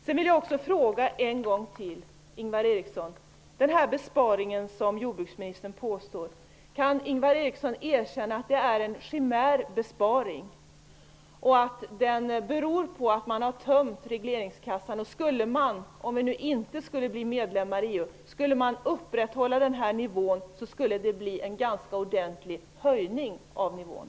Än en gång vill jag fråga: Kan Ingvar Eriksson erkänna att den påstådda besparing som jordbruksministern kommer med är en chimär besparing som beror på att man har tömt regleringskassan? Om man skulle upprätthålla denna nivå -- om vi nu inte skulle bli medlemmar i EU -- skulle det bli en ganska ordentlig höjning av nivån.